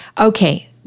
Okay